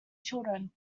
children